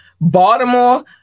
Baltimore